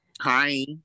Hi